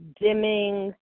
dimming